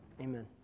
Amen